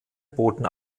boten